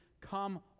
come